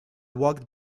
walked